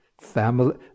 family